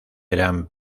eran